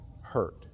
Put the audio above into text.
hurt